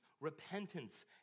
repentance